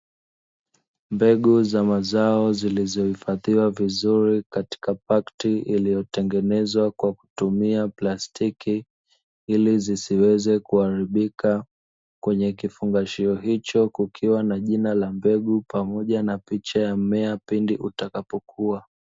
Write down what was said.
Mbegu za mazao zilizohifadhiwa vizuri katika pakiti iliyotengenezwa kwa kutumia plastiki, ili zisiweze kuharibika kwenye kifungashio hicho kukiwa na jina la mbegu pamoja na picha ya mmea pindi utakapokua.